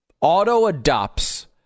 auto-adopts